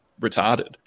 retarded